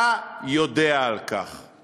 אתה יודע על כך,